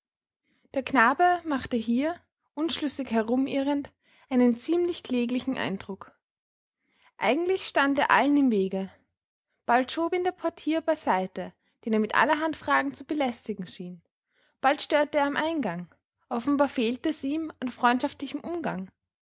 der knabe machte hier unschlüssig herumirrend einen ziemlich kläglichen eindruck eigentlich stand er allen im wege bald schob ihn der portier beiseite den er mit allerhand fragen zu belästigen schien bald störte er am eingang offenbar fehlte es ihm an freundschaftlichem umgang